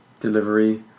delivery